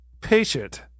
patient